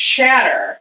Shatter